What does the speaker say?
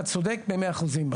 אתה צודק במאה אחוזים.